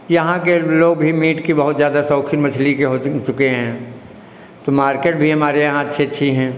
यहाँ के लोग भी मीट की बहुत ज़्यादा शौकीन मछली के होते चुके हैं तो मार्किट भी हमारे यहाँ अच्छे अच्छी हैं